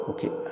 Okay